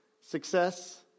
success